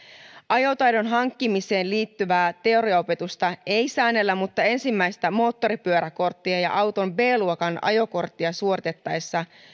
ajotaidon hankkimiseen liittyvää teoriaopetusta ei säännellä mutta ensimmäistä moottoripyöräkorttia ja auton b luokan ajokorttia suoritettaessa